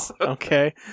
okay